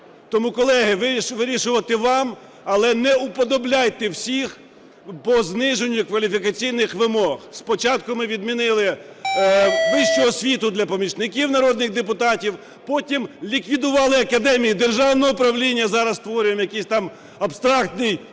Тому, колеги, вирішувати вам, але не уподобляйте всіх по зниженню кваліфікаційних вимог. Спочатку ми відмінили вищу освіту для помічників народних депутатів. Потім ліквідували Академію державного управління. Зараз створюємо якийсь там абстрактний